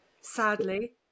sadly